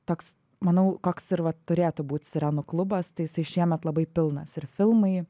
toks manau koks ir va turėtų būt sirenų klubas tai jisai šiemet labai pilnas ir filmai